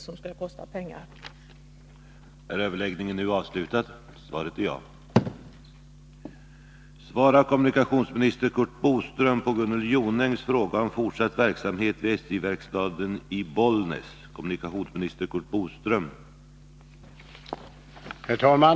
Jag förstår att vi inte skall diskutera de enskilda delarna i hur SJ sköter sin prisoch persontågspolitik, men det vore ändå bra om vi kan få klarlagt att det inte är snabbheten som skall kosta pengar.